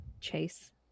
Chase